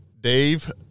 Dave